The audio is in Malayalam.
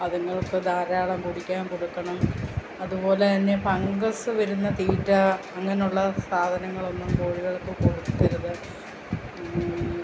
അതുങ്ങൾക്ക് ധാരാളം കുടിക്കാൻ കൊടുക്കണം അതുപോലെതന്നെ ഫങ്കസ് വരുന്ന തീറ്റ അങ്ങനെ ഉള്ള സാധനങ്ങളൊന്നും കോഴികൾക്കു കൊടുക്കരുത്